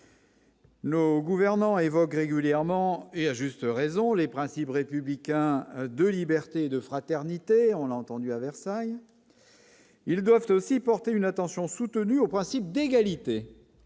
Nos gouvernants évoque régulièrement et à juste raison, les principes républicains de liberté, de fraternité, on a entendu à Versailles. Ils doivent aussi porter une attention soutenue au principe d'égalité,